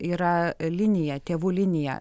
yra linija tėvų linija